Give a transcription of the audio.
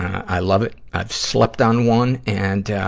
i love it i've slept on one, and,